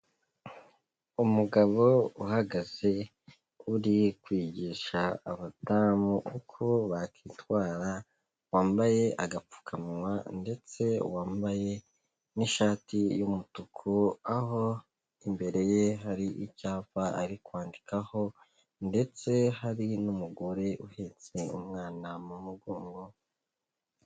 Umugabo uhagaze uri kwigisha abadamu uko bakitwara, wambaye agapfukamunwa ndetse wambaye n'ishati y'umutuku, aho imbere ye hari icyapa ari kwandikaho ndetse hari n'umugore uhetse umwana mu mugongo.